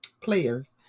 players